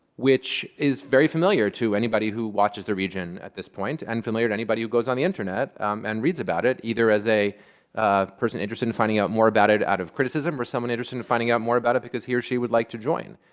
which is very familiar to anybody who watches the region at this point, and familiar to anybody who goes on the internet um and reads about it, either as a person interested in finding out more about it out of criticism or someone interested in finding out more about it because he or she would like to join.